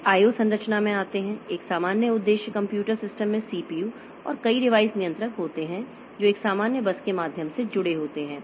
फिर IO संरचना में आते हैं एक सामान्य उद्देश्य कंप्यूटर सिस्टम में सीपीयू और कई डिवाइस नियंत्रक होते हैं जो एक सामान्य बस के माध्यम से जुड़े होते हैं